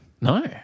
no